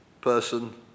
person